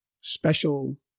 special